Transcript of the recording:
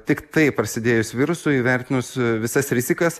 tiktai prasidėjus virusui įvertinus visas rizikas